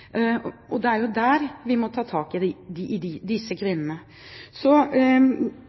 Og det er der vi må ta tak i